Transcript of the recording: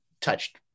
touched